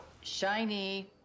shiny